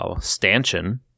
stanchion